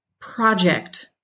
project